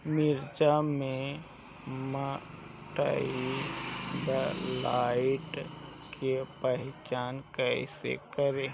मिर्च मे माईटब्लाइट के पहचान कैसे करे?